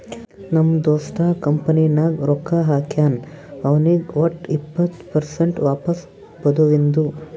ನಮ್ ದೋಸ್ತ ಕಂಪನಿ ನಾಗ್ ರೊಕ್ಕಾ ಹಾಕ್ಯಾನ್ ಅವ್ನಿಗ್ ವಟ್ ಇಪ್ಪತ್ ಪರ್ಸೆಂಟ್ ವಾಪಸ್ ಬದುವಿಂದು